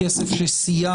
כסף שסייע